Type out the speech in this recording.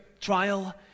trial